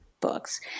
books